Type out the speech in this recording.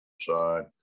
side